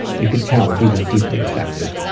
you could tell he was deeply affected,